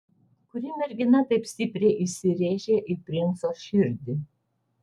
kuri mergina taip stipriai įsirėžė į princo širdį